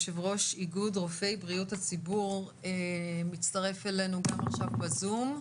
יושב-ראש איגוד רופאי בריאות הציבור מצטרף אלינו גם עכשיו בזום.